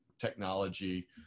technology